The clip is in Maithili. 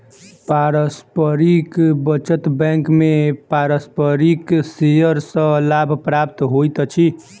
पारस्परिक बचत बैंक में पारस्परिक शेयर सॅ लाभ प्राप्त होइत अछि